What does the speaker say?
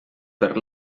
per